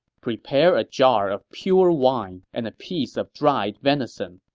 prepare a jar of pure wine and a piece of dried venison.